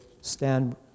stand